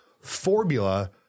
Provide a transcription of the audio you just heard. formula